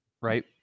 right